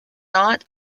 not